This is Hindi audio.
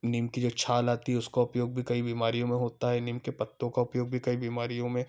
नीम की जो छाल आती है उसका उपयोग भी कई बीमारियों में होता है नीम के पत्तों का उपयोग भी कई बीमारियों में